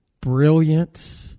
brilliant